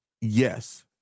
yes